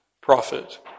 prophet